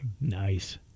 Nice